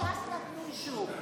ש"ס נתנו אישור.